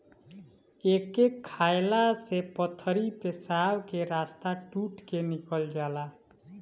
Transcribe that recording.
एके खाएला से पथरी पेशाब के रस्ता टूट के निकल जाला